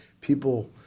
people